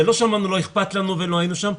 זה לא שאמרנו לא אכפת לנו ולא היינו שם,